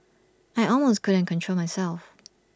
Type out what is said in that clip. I almost couldn't control myself